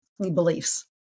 beliefs